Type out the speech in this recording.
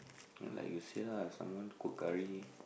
and like you say lah someone cook curry